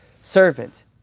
servant